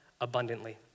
abundantly